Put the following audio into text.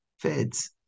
feds